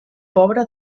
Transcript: pobra